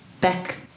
back